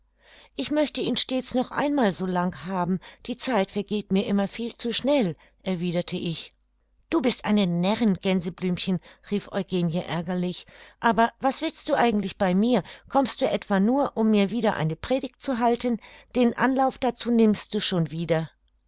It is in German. ich möchte ihn stets noch einmal so lang haben die zeit vergeht mir immer viel zu schnell erwiderte ich du bist eine närrin gänseblümchen rief eugenie ärgerlich aber was willst du eigentlich bei mir kommst du etwa nur um mir wieder eine predigt zu halten den anlauf dazu nimmst du schon wieder